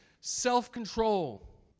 self-control